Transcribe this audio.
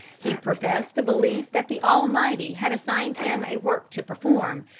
he professed the belief that the almighty had assigned to him a work to perform,